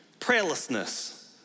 prayerlessness